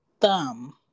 thumb